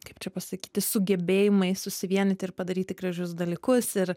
kaip čia pasakyti sugebėjimais susivienyti ir padaryti gražius dalykus ir